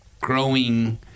growing